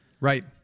Right